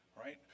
right